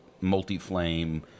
multi-flame